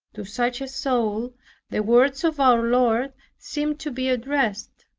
to such a soul the words of our lord seem to be addressed,